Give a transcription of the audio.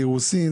לאירוסין,